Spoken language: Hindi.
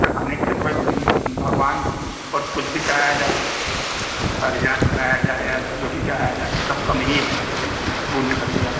चढ़ाने के लिए तो भई भगवान पर कुछ भी चढ़ाया जाए चढ़ाया जाए या जो भी चढ़ाया जाए सब कम ही है सब उन्हीं का दिया